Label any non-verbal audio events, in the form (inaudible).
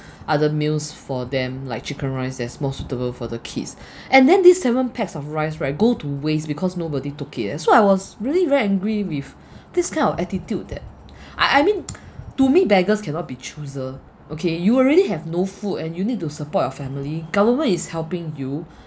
other meals for them like chicken rice that's most suitable for the kids (breath) and then these seven packs of rice right go to waste because nobody took it eh so I was really very angry with (breath) this kind of attitude that I I mean (noise) to me beggars cannot be chooser okay you already have no food and you need to support your family government is helping you